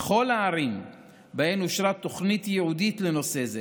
בכל הערים שבהן אושרה תוכנית ייעודית לנושא זה